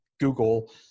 Google